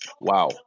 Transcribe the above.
Wow